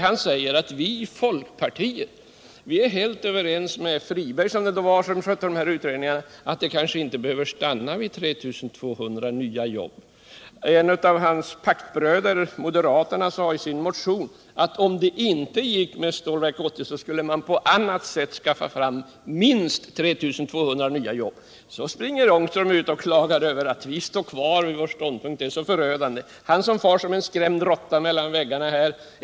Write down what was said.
Han sade då att man i folkpartiet är helt överens med herr Friberg, som då skötte utredningarna, att det kanske inte behöver stanna vid 2 300 nya jobb. En av hans paktbröder moderaterna sade i sin motion att om det inte gick med Stålverk 80 skulle man på annat sätt skaffa fram minst 2 300 nya jobb. Sedan springer herr Ångström ut och klagar över att vi står kvar vid vår ståndpunkt — det är så förödande. Han som far som skrämd råtta mellan väggarna här!